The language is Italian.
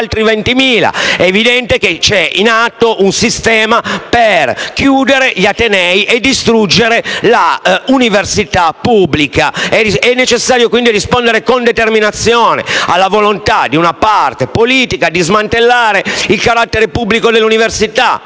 È evidente che è in atto un sistema per chiudere gli atenei e distruggere l'università pubblica. È, quindi, necessario rispondere con determinazione alla volontà di una parte politica di smantellare il carattere pubblico dell'università: